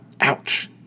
ouch